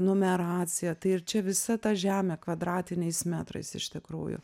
numeracija tai ir čia visa ta žemė kvadratiniais metrais iš tikrųjų